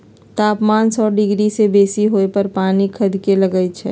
तापमान सौ डिग्री से बेशी होय पर पानी खदके लगइ छै